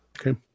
Okay